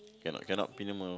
cannot cannot minimum